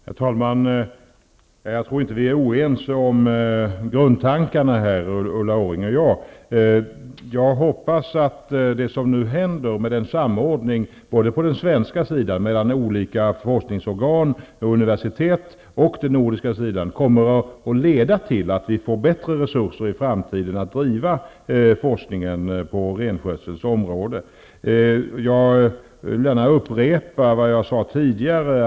Herr talman! Jag tror inte att Ulla Orring och jag är oense om grundtankarna. Jag hoppas att samordningen på den svenska sidan mellan olika forskningsorgan och universitet och på den nordiska sidan kommer att leda till att vi får bättre resurser i framtiden att bedriva forskning på renskötselns område. Jag vill gärna upprepa vad jag sade tidigare.